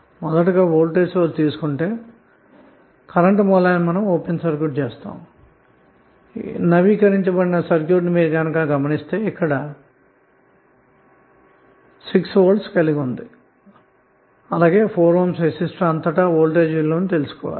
అంటే ముందుగా voltage source తీసుకొని కరెంటు సోర్స్ ని ఓపెన్ సర్క్యూట్ చేసి అప్డేట్ అయిన సర్క్యూట్ ను మీరు గమనిస్తే ఇక్కడ 6V ఉంటుంది మరియు 4 Ohm రెసిస్టర్ అంతటా గల వోల్టేజ్ విలువను కూడా కనుగొనాలి